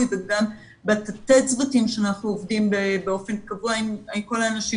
וגם בתתי הצוותים שאנחנו עובדים באופן קבוע עם כל האנשים